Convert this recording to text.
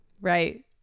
Right